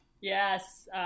Yes